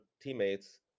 teammates